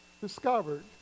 discovered